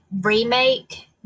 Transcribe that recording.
remake